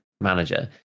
manager